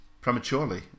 prematurely